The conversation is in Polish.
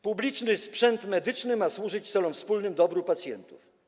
Publiczny sprzęt medyczny ma służyć celom wspólnym, dobru pacjentów.